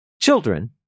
Children